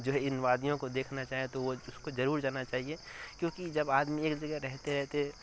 جو ہے ان وادیوں کو دیکھنا چاہے تو وہ اس کو ضرور جانا چاہیے کیونکہ جب آدمی ایک جگہ رہتے رہتے